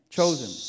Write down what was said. Chosen